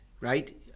right